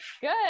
Good